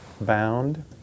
bound